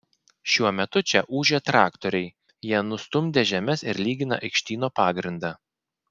šiuo metu čia ūžia traktoriai jie nustumdė žemes ir lygina aikštyno pagrindą